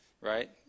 right